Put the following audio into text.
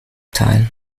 teil